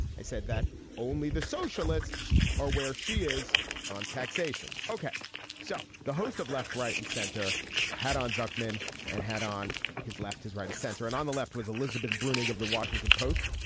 i said that only the socialists are where she is on taxation. okay so the host of left right and center had on zuckerman and had on his left his right of center and on the left was elizabeth bruning of the washington post.